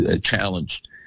challenged